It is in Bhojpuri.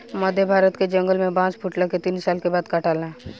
मध्य भारत के जंगल में बांस फुटला के तीन साल के बाद काटाला